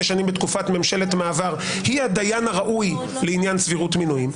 שנים בתקופת ממשלת מעבר היא הדיין הראוי לעניין סבירות מינויים?